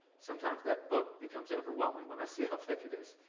sometimes that book becomes overwhelming when i see how thick it is.